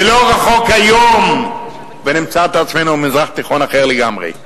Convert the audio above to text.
ולא רחוק היום שנמצא את עצמנו במזרח תיכון אחר לגמרי.